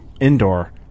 indoor